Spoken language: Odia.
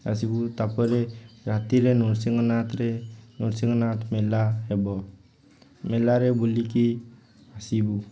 ଆସିବୁ ତାପରେ ରାତିରେ ନୃସିଙ୍ଗନାଥରେ ନୃସିଙ୍ଗନାଥ ମେଳା ହେବ ମେଳାରେ ବୁଲିକି ଆସିବୁ